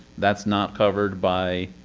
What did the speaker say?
that's not covered by